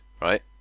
right